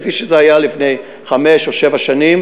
כפי שזה היה לפני חמש או שבע שנים.